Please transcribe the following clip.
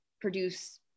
produce